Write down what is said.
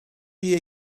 chi